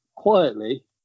Quietly